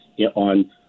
on